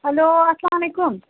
hello اسلام علیکُم